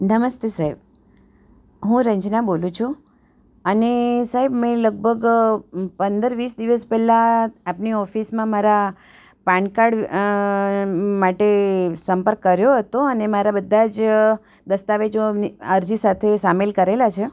નમસ્તે સાહેબ હું રંજના બોલું છું અને સાહેબ મેં લગભગ પંદર વીસ દિવસ પહેલાં આપની ઓફિસમાં મારા પાનકાડ માટે સંપર્ક કર્યો હતો અને મારા બધા જ દસ્તાવેજો અરજી સાથે સામેલ કરેલા છે